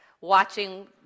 watching